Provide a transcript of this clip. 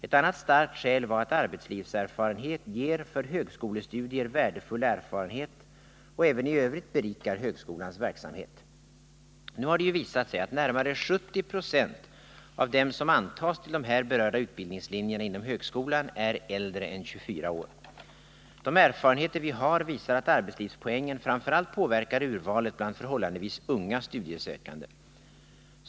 Ett annat starkt skäl var att arbetslivserfarenhet ger för högskolestudier värdefull erfarenhet och även i övrigt berikar högskolans verksamhet. Nu har det visat sig att närmare 70 20 av dem som antas till de här berörda utbildningslinjerna inom högskolan är äldre än 24 år. De erfarenheter vi har visar att arbetslivspoängen påverkar urvalet framför allt bland förhållandevis unga studiesökande.